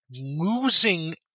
losing